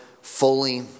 fully